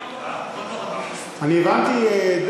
הבנתי,